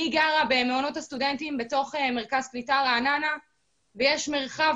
אני גרה במעונות הסטודנטים בתוך מרכז קליטה רעננה ויש מרחב